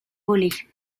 voler